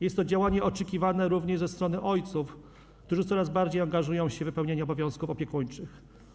Jest to działanie oczekiwane również ze strony ojców, którzy coraz bardziej angażują się w wypełnianie obowiązków opiekuńczych.